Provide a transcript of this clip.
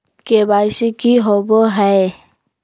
KYC की हॉबे हय?